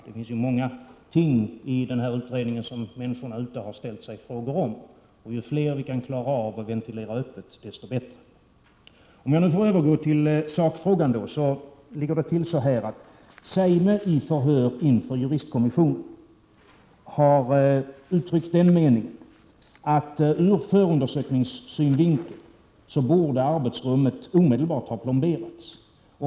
Det finns ju många ting i den här utredningen som människorna har ställt frågor om, och ju fler av dessa frågor vi kan ventilera öppet, desto bättre är det. Låt mig sedan övergå till själva sakfrågan. Zeime har vid förhör inför juristkommissionen uttryckt den uppfattningen att arbetsrummet ur förundersökningssynvinkel omedelbart borde ha plomberats.